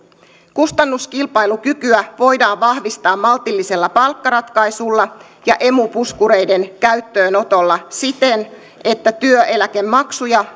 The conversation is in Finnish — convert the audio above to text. kustannuskilpailukykyä voidaan vahvistaa maltillisella palkkaratkaisulla ja emu puskureiden käyttöönotolla siten että työeläkemaksuja